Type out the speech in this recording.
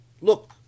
look